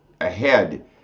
ahead